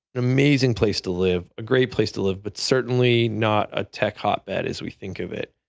amazing place to live, a great place to live but certainly not a tech hotbed as we think of it.